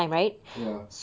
ya